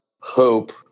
hope